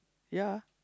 ya